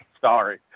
Sorry